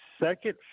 second